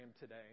today